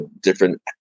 different